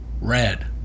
red